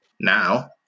now